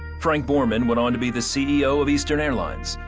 frank borman went on to be the ceo of eastern airlines.